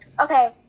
okay